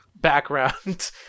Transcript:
background